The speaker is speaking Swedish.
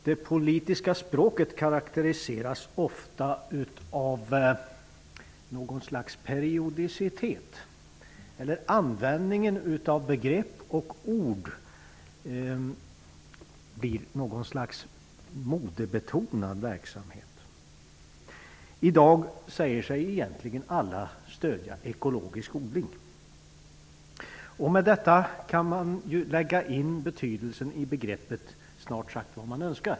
Herr talman! Det politiska språket karakteriseras ofta av något slags periodicitet. Användningen av begrepp och ord blir en modebetonad verksamhet. I dag säger sig alla egentligen stödja ekologisk odling. I detta begrepp kan man lägga in vilken betydelse man önskar.